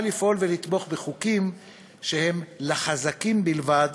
לפעול ולתמוך בחוקים שהם לחזקים בלבד,